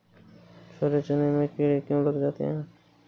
छोले चने में कीड़े क्यो लग जाते हैं?